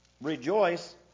rejoice